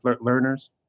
learners